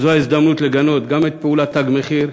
זו ההזדמנות לגנות גם את פעולת "תג מחיר",